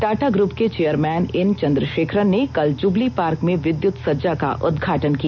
Tata group के chairman N Chandrasekaran ने कल जुबली पार्क में विद्युत सज्जा का उद्घाटन किया